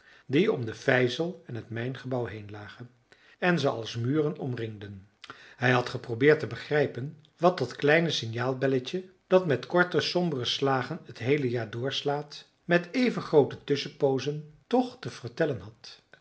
die om de vijzel en het mijngebouw heen lagen en ze als muren omringden hij had geprobeerd te begrijpen wat dat kleine signaalbelletje dat met korte sombere slagen t heele jaar door slaat met even groote tusschenpoozen toch te vertellen had